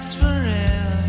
forever